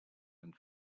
and